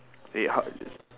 eh how